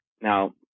Now